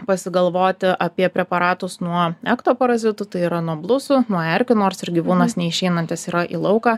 pasigalvoti apie preparatus nuo ektoparazitų tai yra nuo blusų nuo erkių nors ir gyvūnas neišeinantis yra į lauką